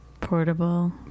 Portable